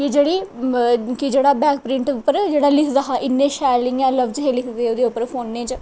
कि जेह्ड़ी कि जेह्का बैक प्रिंट उप्पर लिखे दा हा इन्ने शैल इ'यां लफ्ज हे लिखे दे ओह्दे पर फोने च